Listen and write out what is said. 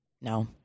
No